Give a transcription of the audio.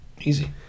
Easy